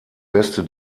beste